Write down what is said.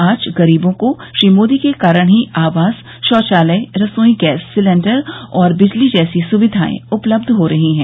आज गरीबों को श्री मोदी के कारण ही आवास शौचालय रसोई गैस सिलेण्डर और बिजली जैसी सुविधाएं उपलब्ध हो रही हैं